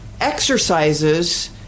exercises